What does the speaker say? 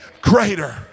greater